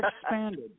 expanded